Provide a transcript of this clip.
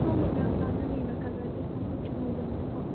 ꯁꯣꯝꯒꯁꯨ ꯌꯥꯝ ꯆꯥꯟꯅꯅꯤꯕ ꯀꯂꯔꯁꯦ ꯁꯣꯝ ꯀꯨꯆꯨ ꯉꯧꯕꯅꯤꯅꯀꯣ